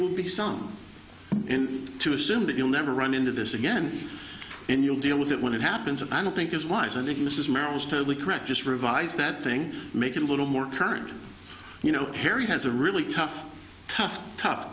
will be some to assume that you'll never run into this again and you'll deal with it when it happens and i don't think is wise i think mrs merrill was totally correct just revise that thing make it a little more current you know kerry has a really tough tough tough